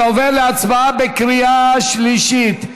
אני עובר להצבעה בקריאה שלישית.